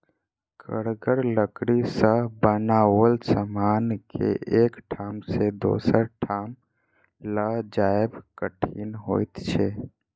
कड़गर लकड़ी सॅ बनाओल समान के एक ठाम सॅ दोसर ठाम ल जायब कठिन होइत छै